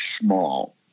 small